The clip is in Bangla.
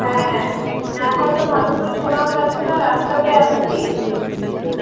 হ্যাঁ এখন তো ভালো করে শোনাও যাচ্ছে না রাস্তাতে আছি